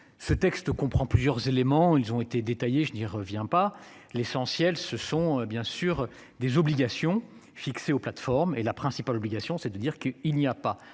ce texte comprend plusieurs éléments, ils ont été détaillées. Je n'y reviens pas. L'essentiel, ce sont bien sûr des obligations fixées aux plateformes et la principale obligation c'est de dire que il n'y a pas